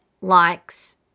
likes